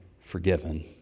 forgiven